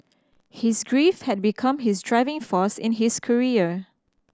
his grief had become his driving force in his career